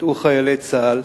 ידעו חיילי צה"ל,